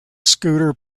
scooter